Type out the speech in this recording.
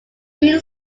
green